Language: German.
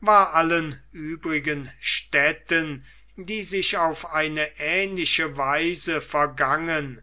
war allen übrigen städten die sich auf eine ähnliche weise vergangen